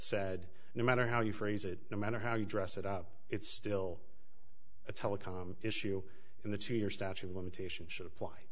said no matter how you phrase it no matter how you dress it up it's still a telecom issue in the two years statute of limitation should apply